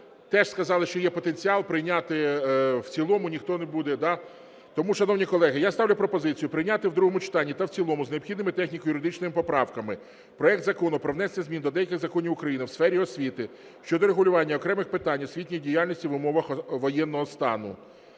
Теж сказали, що є потенціал прийняти в цілому. Ніхто не буде, да? Тому, шановні колеги, я ставлю пропозицію прийняти в другому читанні та в цілому з необхідними техніко-юридичними поправками проект Закону про внесення змін до деяких законів України в сфері освіти щодо врегулювання окремих питань освітньої діяльності в умовах воєнного стану